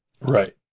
Right